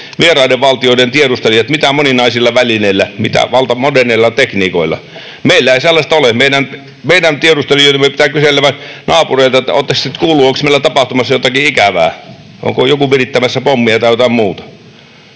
vieraiden valtioiden tiedustelijat mitä moninaisimmilla välineillä, mitä moderneimmilla tekniikoilla. Meillä ei sellaisia ole. Meidän tiedustelijoidemme pitää kysellä naapureilta, että oletteko te nyt kuulleet, onko meillä tapahtumassa jotakin ikävää, onko joku virittämässä pommia tai jotain muuta.